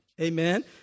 Amen